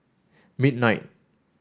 midnight